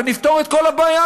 ונפתור את כל הבעיה,